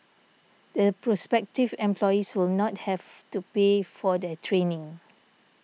the prospective employees will not have to pay for their training